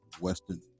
western